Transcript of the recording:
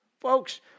Folks